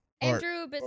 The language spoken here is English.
Andrew